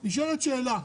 נשאלת שאלה: